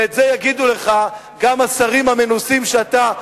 ואת זה יגידו לך גם השרים המנוסים שאתה,